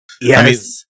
Yes